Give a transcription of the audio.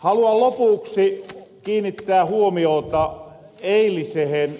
haluan lopuksi kiinnittää huomiota eilisehen